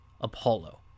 Apollo